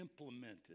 implemented